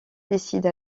décide